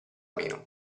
meno